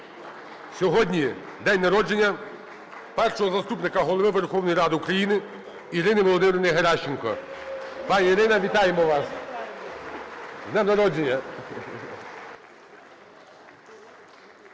Сьогодні день народження Першого заступника Голови Верховної Ради України Ірини Володимирівни Геращенко. Пані Ірина, вітаємо вас з днем народження!